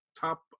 top